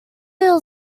eel